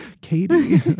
Katie